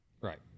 Right